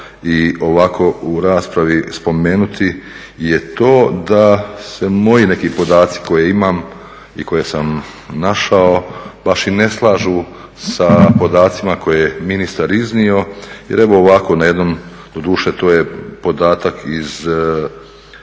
i ovako u raspravi spomenuti je to da se moji neki podaci koje imam i koje sam našao baš i ne slažu sa podacima koje je ministar iznio jer evo ovako na jednom, doduše to je podatak iz